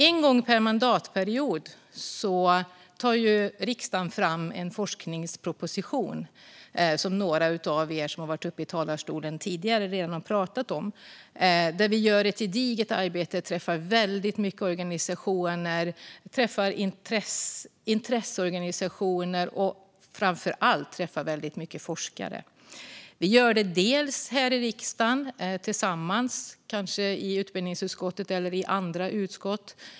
En gång per mandatperiod tar riksdagen fram ett betänkande om regeringens forskningsproposition, så som några av er som har varit uppe i talarstolen tidigare redan har pratat om. Där gör vi ett gediget arbete. Vi träffar väldigt många intresseorganisationer och framför allt väldigt många forskare. Vi gör det dels här i riksdagen, kanske tillsammans i utbildningsutskottet eller i andra utskott.